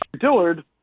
Dillard